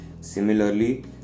Similarly